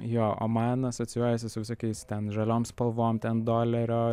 jo o man asocijuojasi su visokiais ten žaliom spalvom ten dolerio